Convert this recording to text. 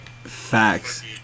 Facts